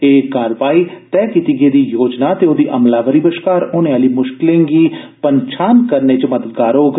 एह् कार्रवाई तैय कीती गेदी योजना ते ओह्दी अमलावरी बश्कार औने आह्ली मुश्कलें गी पन्छान करने च मददगार साबत होग